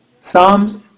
Psalms